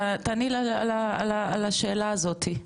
תעני לה על השאלה הזאת.